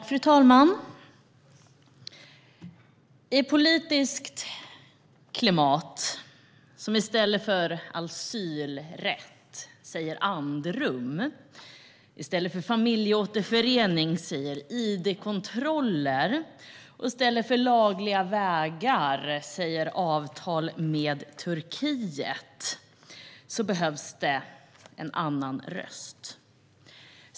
Fru talman! I ett politiskt klimat som i stället för asylrätt säger andrum, i stället för familjeåterförening säger id-kontroller och i stället för lagliga vägar säger avtal med Turkiet behövs det en annan röst.